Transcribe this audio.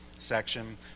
section